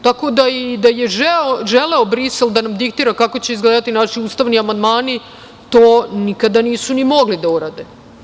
Tako da je i želeo Brisel da nam diktira kako će izgledati naši ustavni amandmani to nikada nisu ni mogli da urade.